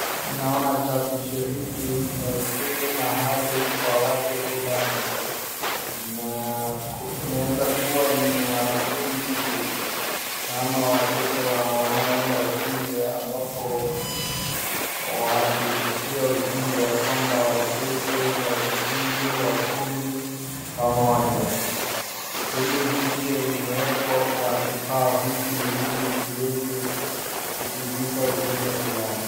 Ninaona chapisho hili lina ujumbe maalum kwa watu fulani. Inaweza kuwa ni wanafunzi ama watoto wanaoenda shule ambapo wanapitishiwa ujumbe ya kwamba wacheze, wajifunze, wakue pamoja. Hili ujumbe limewekwa kwa kibao hiki ili kiweze kupitisha ujumbe fulani.